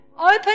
open